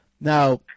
Now